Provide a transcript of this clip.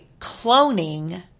cloning